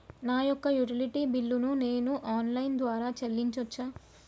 నా యొక్క utility bill ను నేను ఆన్ లైన్ ద్వారా చెల్లించొచ్చా?